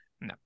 no